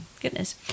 Goodness